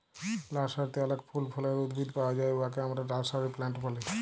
লার্সারিতে অলেক ফল ফুলের উদ্ভিদ পাউয়া যায় উয়াকে আমরা লার্সারি প্লান্ট ব্যলি